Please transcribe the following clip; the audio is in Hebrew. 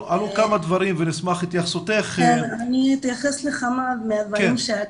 אני אתייחס לכמה מהדברים,